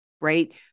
right